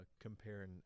comparing